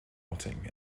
rotting